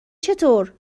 چطور